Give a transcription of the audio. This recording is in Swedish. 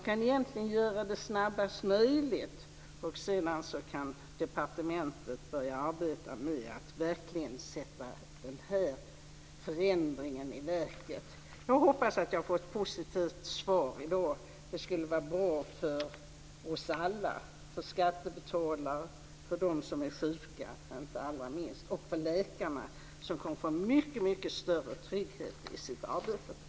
Man kan göra det snabbast möjligt, och sedan kan departementet arbeta med att verkligen sätta den här förändringen i verket. Jag hoppas att jag får ett positivt svar i dag. Det skulle vara bra för oss alla: för skattebetalare, för dem som är sjuka inte minst och för läkarna, som kommer att få mycket större trygghet i sitt arbete.